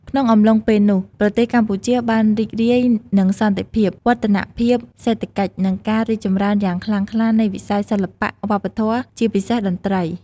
ក្នុងអំឡុងពេលនោះ ប្រទេសកម្ពុជាបានរីករាយនឹងសន្តិភាព វឌ្ឍនភាពសេដ្ឋកិច្ច និងការរីកចម្រើនយ៉ាងខ្លាំងក្លានៃវិស័យសិល្បៈ វប្បធម៌ ជាពិសេសតន្ត្រី ។